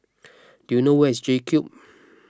do you know where is J Cube